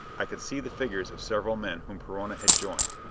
i could see the figures of several men whom perona had joined.